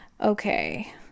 okay